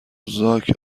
زاک